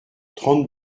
trente